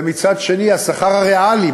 ומצד שני, השכר הריאלי.